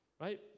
right